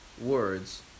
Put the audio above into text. words